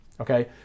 okay